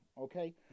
Okay